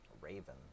Raven